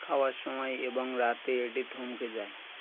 খাওয়ার সময় এবং রাতে এটি থমকে যায়